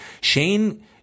Shane